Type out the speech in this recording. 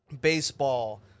baseball